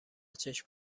چشم